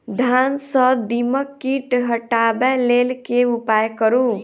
धान सँ दीमक कीट हटाबै लेल केँ उपाय करु?